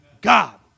God